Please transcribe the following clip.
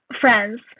friends